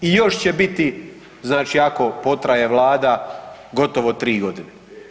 I još će biti znači ako potraje Vlada gotovo 3 godine.